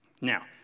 Now